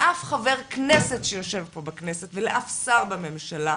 לאף חבר כנסת שיושב פה בכנסת ולאף שר בממשלה,